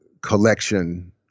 collection